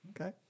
Okay